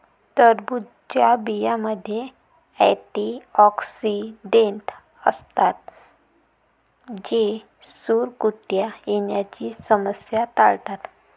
टरबूजच्या बियांमध्ये अँटिऑक्सिडेंट असतात जे सुरकुत्या येण्याची समस्या टाळतात